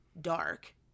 dark